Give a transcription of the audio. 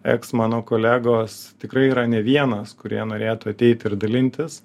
eks mano kolegos tikrai yra ne vienas kurie norėtų ateiti ir dalintis